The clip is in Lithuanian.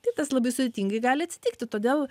tai tas labai sudėtingai gali atsitikti todėl